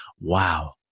wow